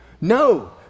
No